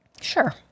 Sure